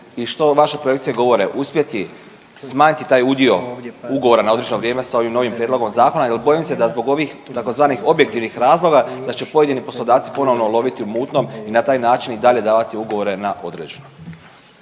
i što vaše projekcije govore uspjeti smanjiti taj udio ugovora na određeno vrijeme sa ovim novim prijedlogom zakona, jer bojim se da zbog ovih tzv. objektivnih razloga, da će pojedini poslodavci ponovno loviti u mutnom i na taj način i dalje davati ugovore na određeno.